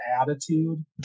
attitude